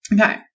Okay